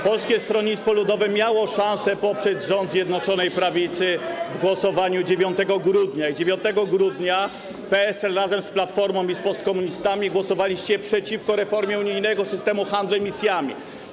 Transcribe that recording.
Polskie Stronnictwo Ludowe miało szansę poprzeć rząd Zjednoczonej Prawicy w głosowaniu 9 grudnia i 9 grudnia PSL razem z Platformą i z postkomunistami głosował przeciwko reformie unijnego systemu handlu emisjami.